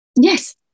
Yes